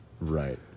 Right